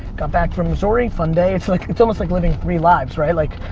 got back from missouri, fun day, it's like it's almost like living three lives, right? like,